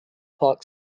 park